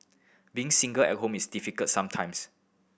being single at home is difficult sometimes